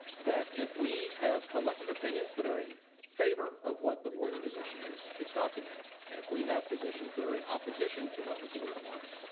that if we have collective opinions, that are in favor of what the board's position is, it's documented, and if we have positions that are in opposition to what the board wants,